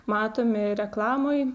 matomi reklamoj